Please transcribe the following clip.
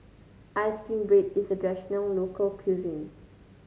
ice cream bread is a traditional local cuisine